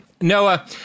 noah